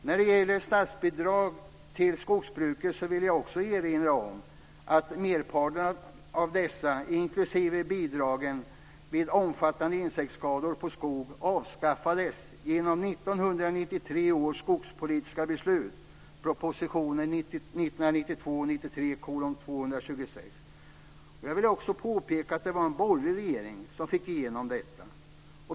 När det gäller statsbidrag till skogsbruket vill jag erinra om att merparten av dessa, inklusive bidragen vid omfattande insektsskador på skog, avskaffades genom 1993 års skogspolitiska beslut, proposition 1992/93:226. Jag vill också påpeka att det var en borgerliga regering som fick igenom detta.